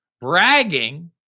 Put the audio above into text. bragging